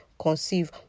conceive